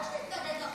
מה יש להתנגד לחוק?